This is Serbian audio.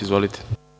Izvolite.